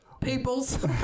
peoples